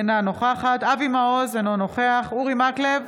אינה נוכחת אבי מעוז, אינו נוכח אורי מקלב,